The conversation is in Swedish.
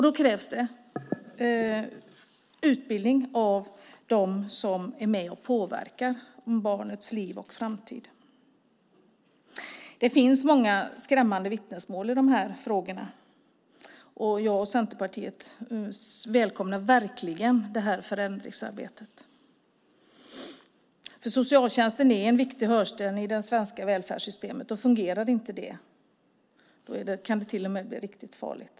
Då krävs det utbildning av dem som är med och påverkar barnets liv och framtid. Det finns många skrämmande vittnesmål i de här frågorna. Jag och Centerpartiet välkomnar verkligen det här förändringsarbetet. Socialtjänsten är en viktig hörnsten i det svenska välfärdssystemet, och fungerar inte det kan det bli riktigt farligt.